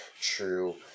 true